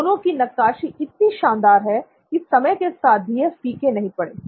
दोनों की नक्काशी इतनी शानदार है कि समय के साथ भी यह फ़ीके नहीं पड़े